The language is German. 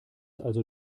also